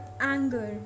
anger